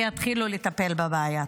ויתחילו לטפל בבעיה.